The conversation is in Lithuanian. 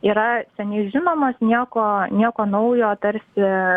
yra seniai žinomos nieko nieko naujo tarsi